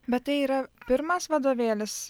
bet tai yra pirmas vadovėlis